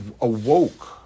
awoke